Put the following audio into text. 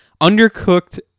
undercooked